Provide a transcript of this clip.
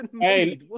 Hey